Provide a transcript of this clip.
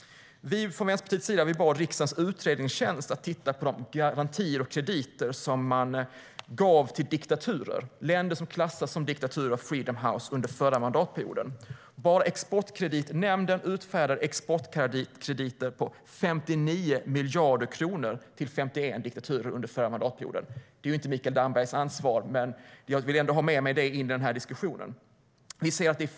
Vänsterpartiet bad riksdagens utredningstjänst att titta på de garantier och krediter som gavs till länder som klassades som diktaturer av Freedom House under förra mandatperioden. Bara Exportkreditnämnden utfärdade exportkrediter på 59 miljarder kronor till 51 diktaturer under förra mandatperioden. Det är inte Mikael Dambergs ansvar, men jag vill ändå få in det i diskussionen.